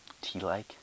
Tea-like